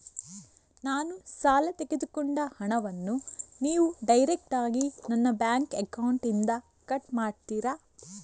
ನಾನು ಸಾಲ ತೆಗೆದುಕೊಂಡ ಹಣವನ್ನು ನೀವು ಡೈರೆಕ್ಟಾಗಿ ನನ್ನ ಬ್ಯಾಂಕ್ ಅಕೌಂಟ್ ಇಂದ ಕಟ್ ಮಾಡ್ತೀರಾ?